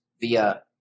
via